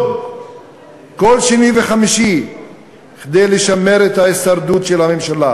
כל שני וחמישי כדי לשמר את ההישרדות של הממשלה,